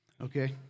Okay